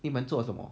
你们做什么